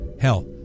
Hell